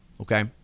Okay